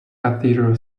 cathedral